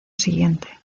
siguiente